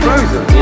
Frozen